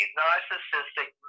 narcissistic